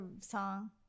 song